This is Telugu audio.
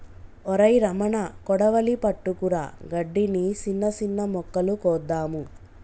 ఒరై రమణ కొడవలి పట్టుకురా గడ్డిని, సిన్న సిన్న మొక్కలు కోద్దాము